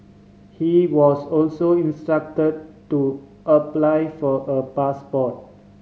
he was also instruct to apply for a passport